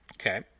Okay